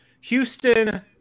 Houston